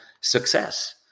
success